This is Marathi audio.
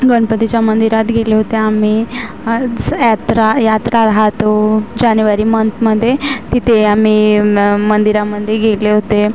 गणपतीच्या मंदिरात गेले होते आम्ही यात्रा यात्रा राहतो जानेवारी मंथमध्ये तिथे आम्ही मं मंदिरामध्ये गेले होते